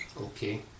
Okay